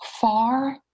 Far